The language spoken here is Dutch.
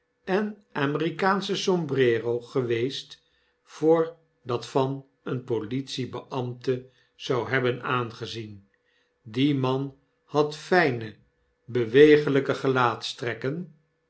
en amerikaansche sombrero geweest voor dat van een politiebeambte zou hebben aangezien die man had fijne